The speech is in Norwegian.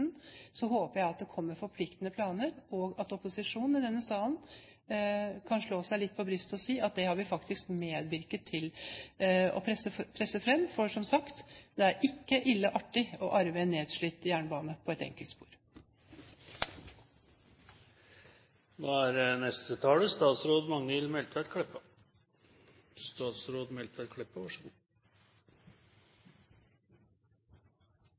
håper jeg at det kommer forpliktende planer, og at opposisjonen i denne salen kan slå seg litt på brystet og si at det har vi faktisk medvirket til å presse fram. For, som sagt: Det er ikke ille artig å arve en nedslitt jernbane på et enkeltspor. Representanten Hoksrud understreka kva fleire parti seier. Då slår det meg: Ja, her er